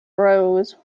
rose